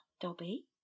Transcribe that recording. Dobby